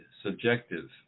subjective